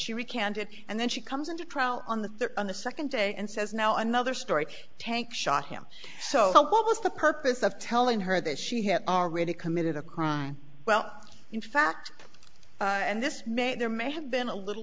recanted and then she comes into trial on the on the second day and says now another story tank shot him so what was the purpose of telling her that she had already committed a crime well in fact and this may there may have been a little